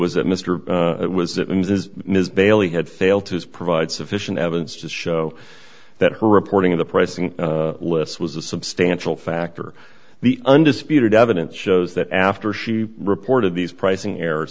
was that mr was it seems is ms bailey had failed to provide sufficient evidence to show that her reporting of the pricing lists was a substantial factor the undisputed evidence shows that after she reported these pricing errors